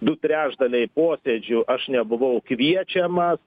du trečdaliai posėdžių aš nebuvau kviečiamas